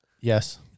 Yes